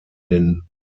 den